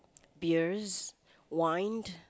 beers wined